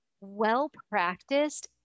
well-practiced